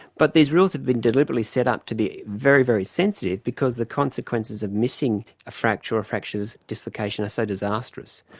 but these rules have been deliberately set up to be very, very sensitive because the consequences of missing a fracture or fracture dislocation, are so disastrous.